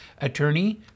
attorney